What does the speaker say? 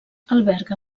alberga